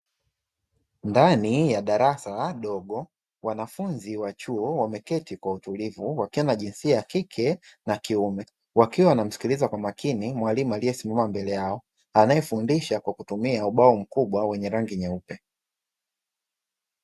Ndani ya darasa dogo, wanafunzi wa chuo wameketi kwa utulivu, wakiwa na jinsia ya kike na kiume, wakiwa wanamsikiliza kwa makini mwalimu aliyesimama mbele yao, anayefundisha kwa kutumia ubao mkubwa wenye rangi nyeupe.